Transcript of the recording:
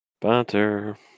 Butter